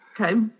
Okay